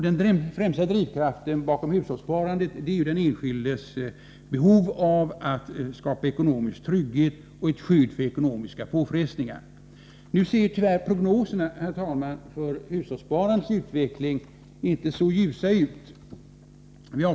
Den främsta drivkraften bakom hushållssparandet är ju den enskildes behov av att skapa ekonomisk trygghet och skydd för ekonomiska påfrestningar. Nu ser tyvärr prognoserna för hushållssparandets utveckling inte så ljusa ut.